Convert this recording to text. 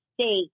state